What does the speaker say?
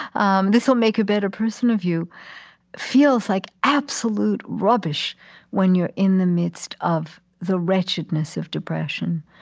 um this will make a better person of you feels like absolute rubbish when you're in the midst of the wretchedness of depression.